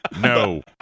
No